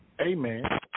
Amen